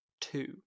two